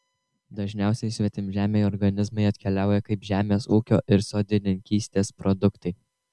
dažniausiai svetimžemiai organizmai atkeliauja kaip žemės ūkio ir sodininkystės produktai